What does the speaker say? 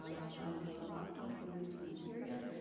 ah rashwan abdelbaki, who is from syria.